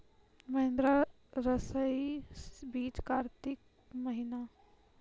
महिंद्रा रईसा बीज कार्तिक महीना?